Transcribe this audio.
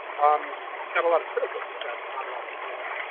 um got a lot of critical success, but not a lot of sales.